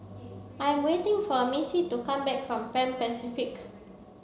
I'm waiting for Missy to come back from Pan Pacific